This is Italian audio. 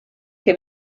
che